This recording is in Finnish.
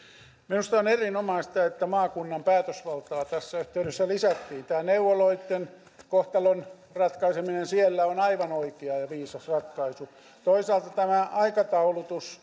minusta on erinomaista että maakunnan päätösvaltaa tässä yhteydessä lisättiin tämä neuvoloitten kohtalon ratkaiseminen siellä on aivan oikea ja viisas ratkaisu toisaalta tämä aikataulutus